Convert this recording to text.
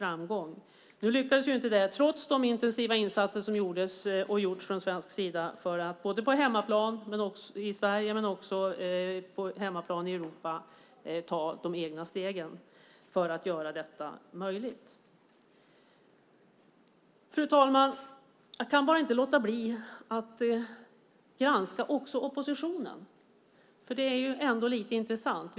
Nu lyckades inte det, trots de intensiva insatser som gjordes från svensk sida både i Sverige och i övriga Europa för att ta de steg som krävdes för att göra det möjligt. Fru talman! Jag kan inte låta bli att granska oppositionen, för det är intressant.